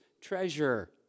treasure